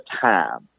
time